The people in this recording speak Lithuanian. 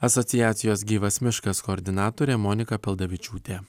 asociacijos gyvas miškas koordinatorė monika paldavičiūtė